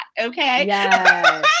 Okay